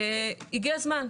הגיע הזמן.